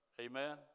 Amen